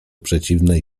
przeciwnej